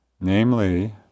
Namely